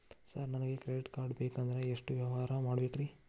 Sir ನನಗೆ credit card ಬೇಕಂದ್ರೆ ಎಷ್ಟು ವ್ಯವಹಾರ ಮಾಡಬೇಕ್ರಿ?